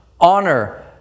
Honor